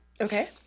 Okay